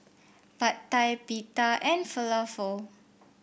Pad Thai Pita and Falafel